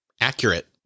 accurate